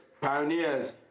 Pioneers